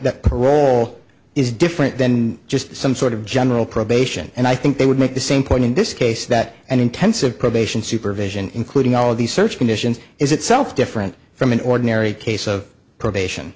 that parole is different than just some sort of general probation and i think they would make the same point in this case that an intensive probation supervision including all of these search conditions is itself different from an ordinary case of probation